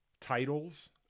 titles